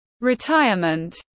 retirement